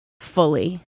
fully